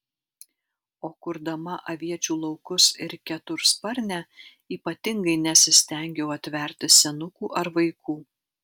o kurdama aviečių laukus ir ketursparnę ypatingai nesistengiau atverti senukų ar vaikų